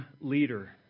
leader